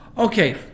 Okay